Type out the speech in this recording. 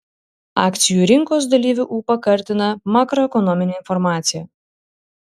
akcijų rinkos dalyvių ūpą kartina makroekonominė informacija